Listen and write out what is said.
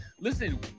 listen